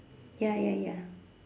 ya ya ya